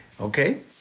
Okay